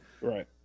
right